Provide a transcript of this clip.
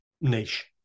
niche